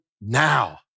now